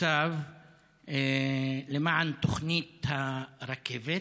בצו למען תוכנית הרכבת.